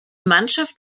mannschaft